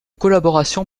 collaboration